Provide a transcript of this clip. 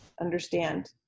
understand